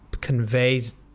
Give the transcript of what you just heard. conveys